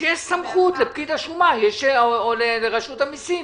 שתהיה סמכות לפקיד השומה או לרשות המיסים.